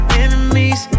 enemies